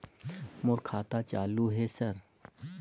मोर खाता चालु हे सर?